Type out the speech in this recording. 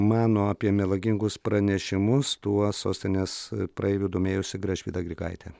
mano apie melagingus pranešimus tuo sostinės praeivių domėjosi gražvyda grigaitė